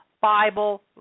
Bible